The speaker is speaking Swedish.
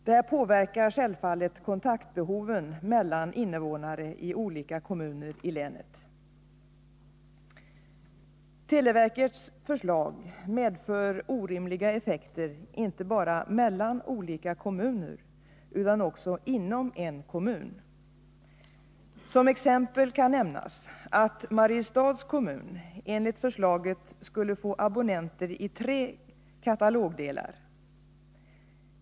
Detta påverkar självfallet kontaktbehoven mellan innevånare i olika kommuner i länet. Televerkets förslag medför orimliga effekter inte bara mellan olika kommuner utan också inom en kommun. Som exempel kan nämnas att Mariestads kommun enligt förslaget skulle få abonnenter i tre katalogdelar.